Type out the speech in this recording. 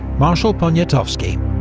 marshal poniatowski